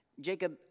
Jacob